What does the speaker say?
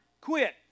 quit